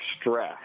stress